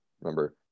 remember